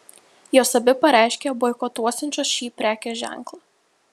jos abi pareiškė boikotuosiančios šį prekės ženklą